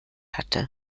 hatte